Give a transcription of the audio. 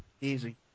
easy